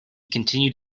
continued